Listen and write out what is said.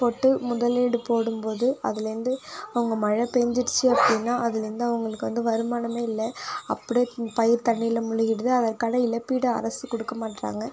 போட்டு முதலீடு போடும்போது அதுலேருந்து அவங்க மழை பெஞ்சிடுச்சி அப்படினா அதுலேருந்து அவங்குளுக்கு வந்து வருமானமே இல்லை அப்டேயே பயிர் தண்ணியில் மூழ்கிடுது அதற்கான இழப்பீடு அரசு கொடுக்க மாட்டேறாங்க